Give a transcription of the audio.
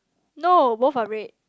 no both are red